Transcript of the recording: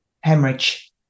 hemorrhage